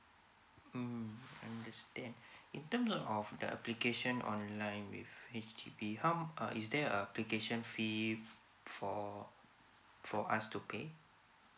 mm understand in terms of the application online with H_D_B how uh is there application fee for for us to pay